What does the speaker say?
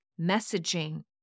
messaging